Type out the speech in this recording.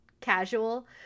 casual